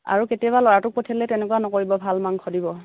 আৰু কেতিয়াবা ল'ৰাটোক পঠিয়ালে তেনেকুৱা নকৰিব ভাল মাংস দিব